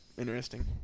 interesting